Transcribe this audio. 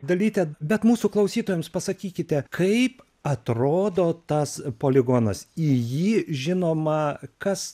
dalyte bet mūsų klausytojams pasakykite kaip atrodo tas poligonas į jį žinoma kas